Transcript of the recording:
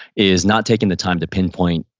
is not taking the time to pinpoint,